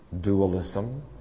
dualism